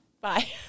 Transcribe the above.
Bye